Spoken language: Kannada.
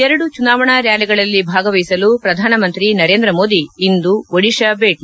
ಎರಡು ಚುನಾವಣಾ ರ್ನಾಲಿಗಳಲ್ಲಿ ಭಾಗವಹಿಸಲು ಪ್ರಧಾನಮಂತ್ರಿ ನರೇಂದ್ರ ಮೋದಿ ಇಂದು ಓಡಿತಾ ಭೇಟಿ